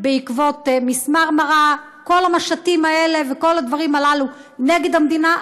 בעקבות "מיס מרמרה" כל המשטים האלה וכל הדברים הללו נגד המדינה.